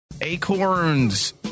acorns